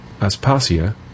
Aspasia